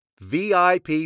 VIP